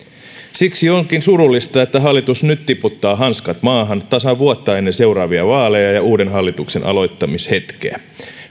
siksi onkin surullista että hallitus nyt tiputtaa hanskat maahan tasan vuotta ennen seuraavia vaaleja ja uuden hallituksen aloittamishetkeä